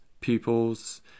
pupils